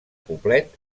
poblet